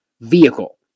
vehicle